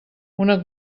una